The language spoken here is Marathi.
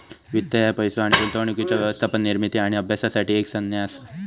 वित्त ह्या पैसो आणि गुंतवणुकीच्या व्यवस्थापन, निर्मिती आणि अभ्यासासाठी एक संज्ञा असा